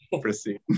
proceed